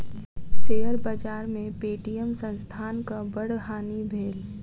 share बाजार में Paytm संस्थानक बड़ हानि भेल